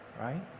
Right